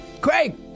Craig